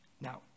Now